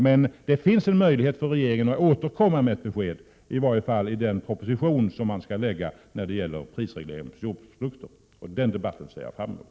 Men det finns en möjlighet för regeringen att återkomma med ett besked, i varje fall i den proposition som man skall lägga fram när det gäller prisreglering beträffande jordbruksprodukter. Den debatten ser jag fram emot.